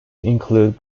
include